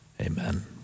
Amen